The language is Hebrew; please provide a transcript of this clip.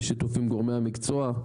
שיתוף עם גורמי המקצוע,